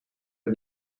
een